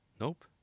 Nope